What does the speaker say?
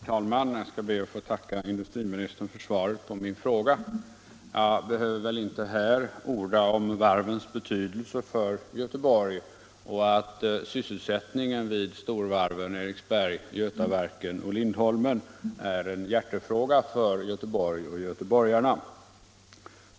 Herr talman! Jag skall be att få tacka industriministern för svaret på min fråga. Här behöver jag väl inte orda om varvens betydelse för Göteborg. Sysselsättningen vid storvarven Eriksberg, Götaverken och Lindholmen är en jättefråga för Göteborg och göteborgarna.